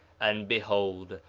and behold,